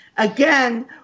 Again